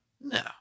No